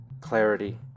clarity